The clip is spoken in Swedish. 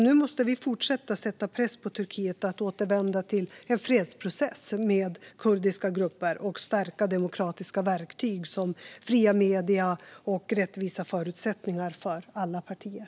Nu måste vi fortsätta att sätta press på Turkiet att återvända till en fredsprocess med kurdiska grupper och att stärka demokratiska verktyg såsom fria medier och rättvisa förutsättningar för alla partier.